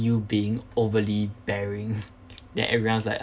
you being overly bearing then everyone's like